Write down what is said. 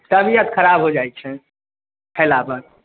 तबियत खराब हो जाइ छै खएलापर